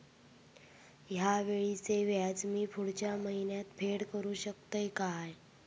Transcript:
हया वेळीचे व्याज मी पुढच्या महिन्यात फेड करू शकतय काय?